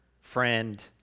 friend